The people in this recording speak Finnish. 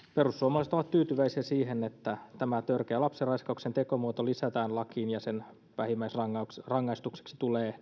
perussuomalaiset ovat tyytyväisiä siihen että tämä törkeä lapsenraiskauksen tekomuoto lisätään lakiin ja sen vähimmäisrangaistukseksi tulee